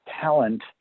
talent